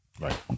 right